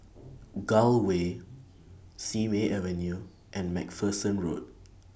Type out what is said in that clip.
Gul Way Simei Avenue and MacPherson Road